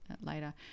later